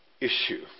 issue